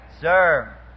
sir